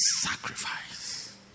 sacrifice